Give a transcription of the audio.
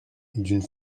d’une